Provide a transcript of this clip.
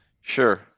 Sure